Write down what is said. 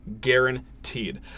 guaranteed